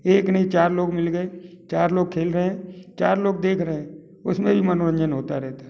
एक नहीं चार लोग मिल गए चार लोग खेल रहे हैं चार लोग देख रहे हैं उसमें भी मनोरंजन होता रहता है